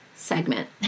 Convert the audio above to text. segment